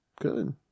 Good